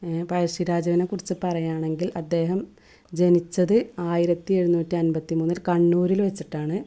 പഴശ്ശിരാജാവിനെ കുറിച്ച് പറയുകയാണെങ്കില് അദ്ദേഹം ജനിച്ചത് ആയിരത്തിയെഴുന്നൂറ്റി അൻപത്തിമൂന്നില് കണ്ണൂരിൽ വെച്ചിട്ടാണ്